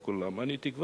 ואז ייטב לכולם.